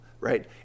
right